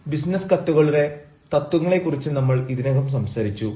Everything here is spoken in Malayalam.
ബിസിനസ്സ് കത്തുകളുടെ തത്വങ്ങളെക്കുറിച്ച് നമ്മൾ ഇതിനകം സംസാരിച്ചു